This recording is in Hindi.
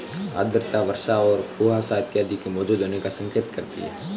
आर्द्रता वर्षा और कुहासा इत्यादि के मौजूद होने का संकेत करती है